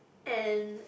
and